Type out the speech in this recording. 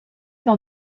dans